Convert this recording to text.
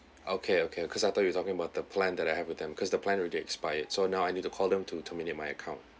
okay okay because I thought you talking about the plan that I have with them because the plan already expired so now I need to call them to terminate my account